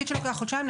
נגיד שלוקח חודשיים,